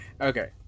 Okay